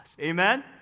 Amen